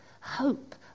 hope